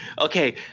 okay